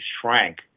shrank